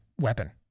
weapon